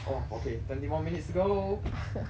!wah! okay twenty more minutes ago